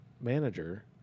manager